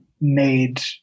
made